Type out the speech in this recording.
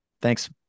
Thanks